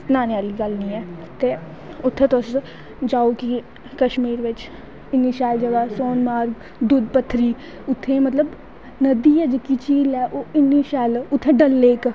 सनानें आह्ली गल्ल नी ऐ ते उत्थें तुस जाओ कश्मीर बिच्च इन्नी शैल जगा ऐ सोनमार्ग दूध्द पत्थरी उत्थें मतलव नदी ऐ जेह्की झील ऐ ओह् इन्नी शैल उत्थें डल लेक